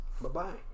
Bye-bye